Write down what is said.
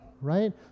right